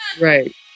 Right